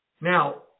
Now